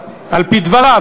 על-פי דבריו,